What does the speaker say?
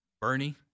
Bernie